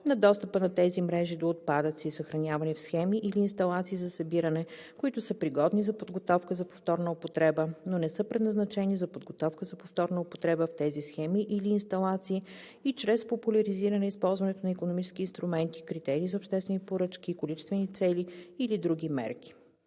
на достъпа на тези мрежи до отпадъци, съхранявани в схеми или инсталации за събиране, които са пригодни за подготовка за повторна употреба, но не са предназначени за подготовка за повторна употреба в тези схеми или инсталации, и чрез популяризиране използването на икономически инструменти, критерии за обществени поръчки, количествени цели или други мерки;“